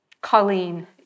Colleen